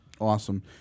Awesome